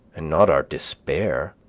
and not our despair,